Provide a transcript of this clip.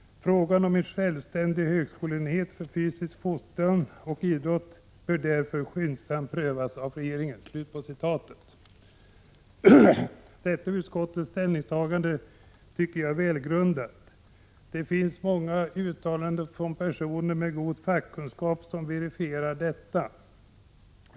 Frågan om en självständig högskoleenhet för fysisk fostran och idrott bör därför skyndsamt prövas av regeringen.” Detta utskottets ställningstagande är välgrundat. Det finns många uttalanden från personer med god fackkunskap som verifierar detta.